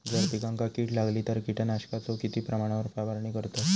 जर पिकांका कीड लागली तर कीटकनाशकाचो किती प्रमाणावर फवारणी करतत?